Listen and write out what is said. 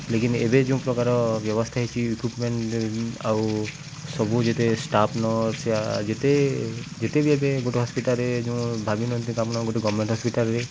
ଲେକିନ୍ ଏବେ ଯେଉଁ ପ୍ରକାର ବ୍ୟବସ୍ଥା ହେଇଛି ଇକୁ୍ୟପମେଣ୍ଟ ଆଉ ସବୁ ଯେତେ ଷ୍ଟାଫ ନର୍ସ ଯେତେ ଯେତେ ବି ଏବେ ଗୋଟେ ହସ୍ପିଟାଲରେ ଯୋଉ ଭାବିନହାନ୍ତି ଆପଣ ଗୋଟେ ଗଭମେଣ୍ଟ ହସ୍ପିଟାଲରେ